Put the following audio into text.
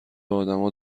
ادما